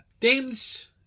Dame's